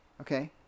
Okay